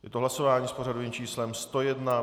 Je to hlasování s pořadovým číslem 101.